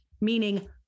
meaning